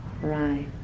right